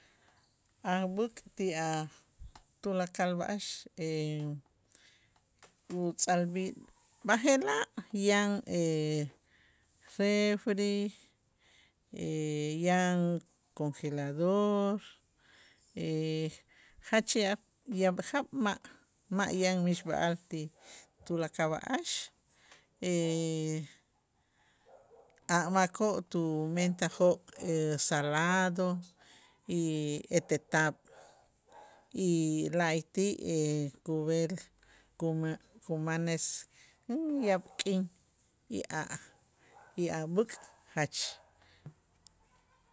A' b'äk' ti a' tulakal b'a'ax utz'alb'i b'aje'laj yan refri yan conjelador jach yaab' yaab' jaab' ma' yan mixb'a'al ti tulakal b'a'ax a' makoo' tumentajoo' salado y etel taab' y la'ayti' kub'el kuma kumanes yaab' k'in y a' y a' b'äk' jach.